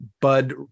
Bud